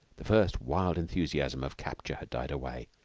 the first wild enthusiasm of capture had died away.